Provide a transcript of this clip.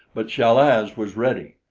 but chal-az was ready.